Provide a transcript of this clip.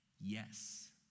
yes